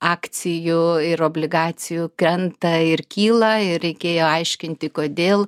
akcijų ir obligacijų krenta ir kyla ir reikėjo aiškinti kodėl